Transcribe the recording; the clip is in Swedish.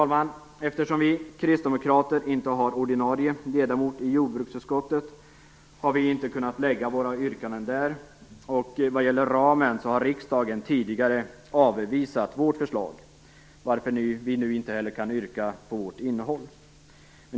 Eftersom vi kristdemokrater inte har någon ordinarie ledamot i jordbruksutskottet har vi inte kunnat ställa våra yrkanden där. När det gäller ramen har riksdagen tidigare avvisat vårt förslag, varför vi nu inte heller kan yrka på vårt innehåll.